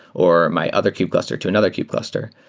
or my other kub cluster to another kub cluster.